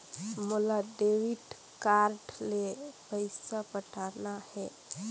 मोला debit card ले पइसा पटाना हे?